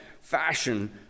fashion